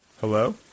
Hello